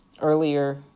earlier